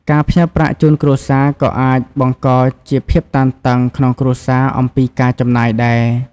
ការផ្ញើប្រាក់ជូនគ្រួសារក៏អាចបង្កជាភាពតានតឹងក្នុងគ្រួសារអំពីការចំណាយដែរ។